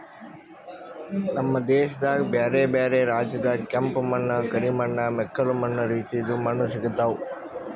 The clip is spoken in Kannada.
ನಮ್ ದೇಶದಾಗ್ ಬ್ಯಾರೆ ಬ್ಯಾರೆ ರಾಜ್ಯದಾಗ್ ಕೆಂಪ ಮಣ್ಣ, ಕರಿ ಮಣ್ಣ, ಮೆಕ್ಕಲು ಮಣ್ಣ ರೀತಿದು ಮಣ್ಣ ಸಿಗತಾವ್